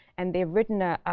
and they've written a